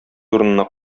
урынына